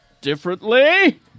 differently